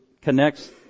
connects